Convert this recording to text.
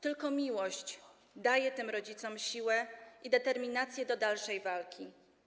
Tylko miłość daje tym rodzicom siłę i determinację do dalszej walki.